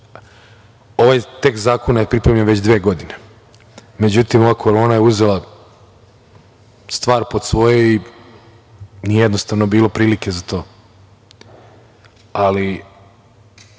Ovaj tekst zakona, pritom je već dve godine, međutim, ova korona je uzela stvar pod svoje i nije jednostavno bilo prilike za to. Mislim